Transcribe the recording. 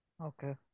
okay